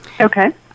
Okay